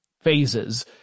phases